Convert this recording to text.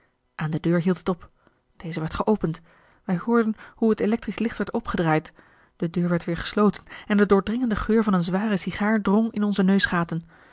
aan de deur hield het op deze werd geopend wij hoorden hoe het electrisch licht werd opgedraaid de deur werd weer gesloten en de doordringende geur van een zware sigaar drong in onze